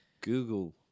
Google